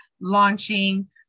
launching